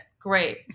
Great